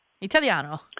Italiano